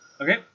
Okay